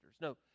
No